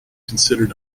considered